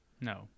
No